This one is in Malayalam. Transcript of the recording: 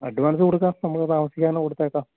അഡ്വാൻസ് കൊടുക്കാം നമുക്ക് താമസിക്കാതെ തന്നെ കൊടുത്തേക്കാം